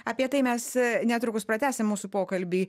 apie tai mes netrukus pratęsim mūsų pokalbį